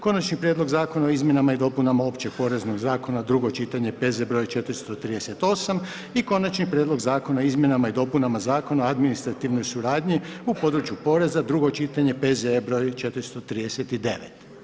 Konačni prijedlog Zakona o izmjenama i dopunama Općeg poreznog zakona, drugo čitanje, P.Z.E. br. 438. i -Konačni prijedlog Zakona o izmjenama i dopunama Zakona o administrativnoj suradnji u području poreza, drugo čitanje, P.Z.E. br. 439.